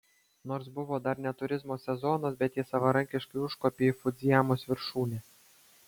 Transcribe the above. nors buvo dar ne turizmo sezonas bet jie savarankiškai užkopė į fudzijamos viršūnę